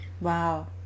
Wow